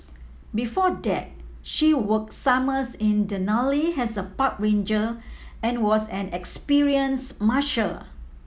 before that she work summers in Denali as a park ranger and was an experience musher